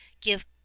Give